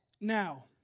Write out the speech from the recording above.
now